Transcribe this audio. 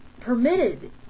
permitted